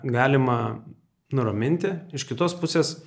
galima nuraminti iš kitos pusės